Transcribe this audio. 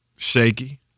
Shaky